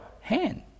hand